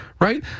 Right